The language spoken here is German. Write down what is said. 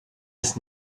des